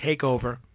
takeover